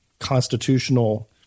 Constitutional